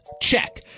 Check